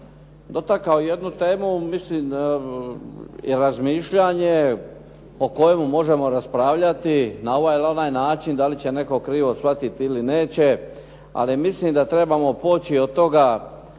dotakao jednu temu, mislim i razmišljanje o kojemu možemo raspravljati na ovaj ili onaj način da li će netko krivo shvatiti ili neće, ali mislim da trebamo poći od toga